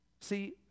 See